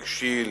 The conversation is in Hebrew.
רגשי,